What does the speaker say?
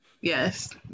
Yes